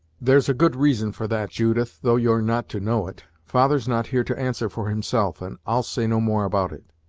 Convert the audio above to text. there's a good reason for that, judith, though you're not to know it. father's not here to answer for himself, and i'll say no more about it.